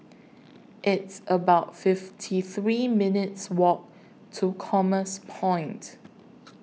It's about fifty three minutes' Walk to Commerce Point